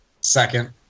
Second